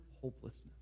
hopelessness